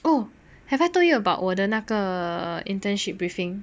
oh have I told you about 我的那个 internship briefing